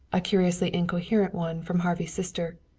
a curiously incoherent one from harvey's sister.